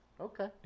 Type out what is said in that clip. Okay